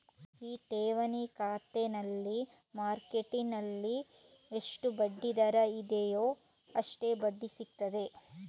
ಈ ಠೇವಣಿ ಖಾತೆನಲ್ಲಿ ಮಾರ್ಕೆಟ್ಟಿನಲ್ಲಿ ಎಷ್ಟು ಬಡ್ಡಿ ದರ ಇದೆಯೋ ಅಷ್ಟೇ ಬಡ್ಡಿ ಸಿಗ್ತದೆ